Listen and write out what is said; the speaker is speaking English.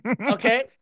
okay